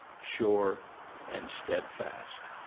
sure and steadfast.